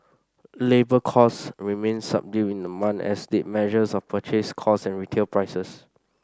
labour costs remained subdued in the month as did measures of purchase costs and retail prices